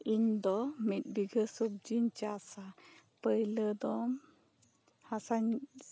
ᱤᱧ ᱫᱚ ᱢᱤᱫ ᱵᱤᱜᱷᱟᱹ ᱥᱚᱵᱡᱤᱧ ᱪᱟᱥᱟ ᱯᱟᱹᱭᱞᱟᱹ ᱫᱚ ᱦᱟᱥᱟᱧ